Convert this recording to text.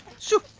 shoot.